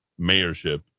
mayorship